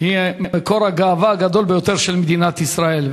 היא מקור הגאווה הגדול ביותר של מדינת ישראל,